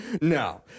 No